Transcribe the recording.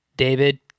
David